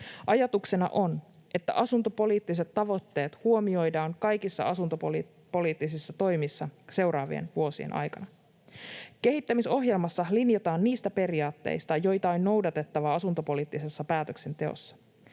Ajatuksena on, että asuntopoliittiset tavoitteet huomioidaan kaikissa asuntopoliittisissa toimissa seuraavien vuosien aikana. Kehittämisohjelmassa linjataan niistä periaatteista, joita on noudatettava asuntopoliittisessa päätöksenteossa.